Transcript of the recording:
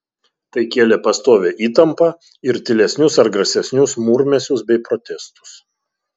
tai kėlė pastovią įtampą ir tylesnius ar garsesnius murmesius bei protestus